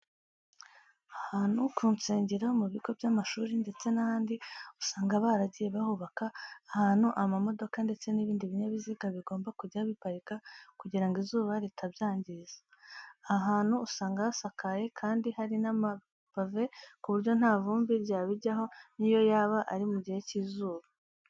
Ahantu ku nsengero, mu bigo by'amashuri ndetse n'ahandi usanga baragiye bahubaka ahantu amamodoka ndetse n'ibindi binyabiziga bigomba kujya biparika kugira ngo izuba ritabyangiza. Aha hantu usanga hasakaye kandi hari n'amapave ku buryo nta vumbi ryabijyaho n'iyo yaba ari mu gihe cy'izuba.